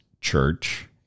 Church